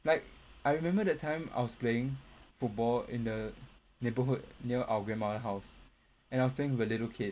like I remember that time I was playing football in the neighbourhood near our grandmother house and I was playing with a little kid